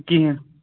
کِہیٖنۍ